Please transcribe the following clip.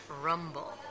rumble